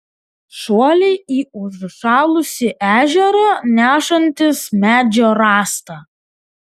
šuoliai į užšalusį ežerą nešantis medžio rąstą